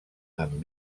amb